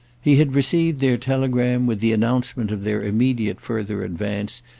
he had received their telegram, with the announcement of their immediate further advance,